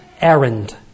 errand